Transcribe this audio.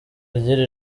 ry’iri